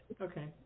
Okay